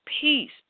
peace